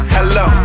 Hello